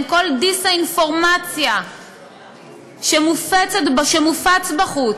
עם כל הדיס-אינפורמציה שמופצת בחוץ,